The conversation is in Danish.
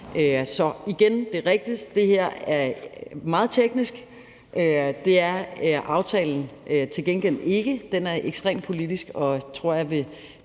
sige, at det er rigtigt, at det her er meget teknisk. Det er aftalen til gengæld ikke, den er ekstremt politisk, og jeg tror,